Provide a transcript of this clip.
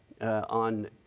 on